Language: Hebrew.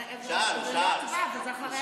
אבל זה לא ההצבעה, וזה אחרי ההצבעה.